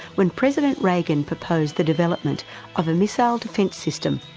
when president reagan proposed the development of a missile defence system,